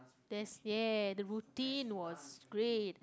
that's ya the routine was great